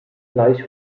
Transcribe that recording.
gleich